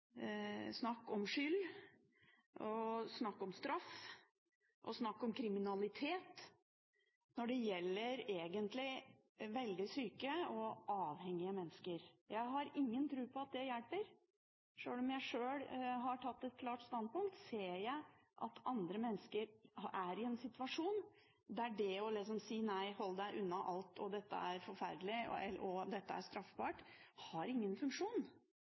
snakk om skyld, straff og kriminalitet når det egentlig gjelder veldig syke og avhengige mennesker. Jeg har ingen tro på at det hjelper. Sjøl om jeg sjøl har tatt et klart standpunkt, ser jeg at andre mennesker er i en situasjon der det å si at nei, hold deg unna alt, dette er forferdelig og dette er straffbart, ikke har noen funksjon.